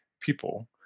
people